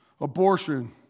abortion